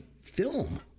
film